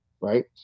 Right